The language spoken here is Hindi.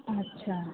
अच्छा